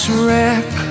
wreck